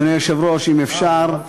אדוני היושב-ראש, אם אפשר,